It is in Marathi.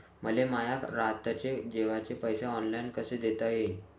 मले माया रातचे जेवाचे पैसे ऑनलाईन कसे देता येईन?